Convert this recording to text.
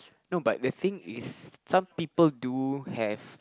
no but the thing is some people do have